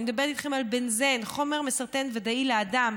אני מדברת איתכם על בנזן, חומר מסרטן ודאִי לאדם,